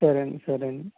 సరే అండి సరే అండి